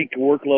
workload